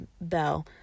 bell